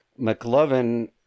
McLovin